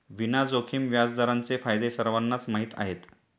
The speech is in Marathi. विना जोखीम व्याजदरांचे फायदे सर्वांनाच माहीत आहेत